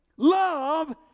Love